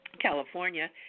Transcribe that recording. California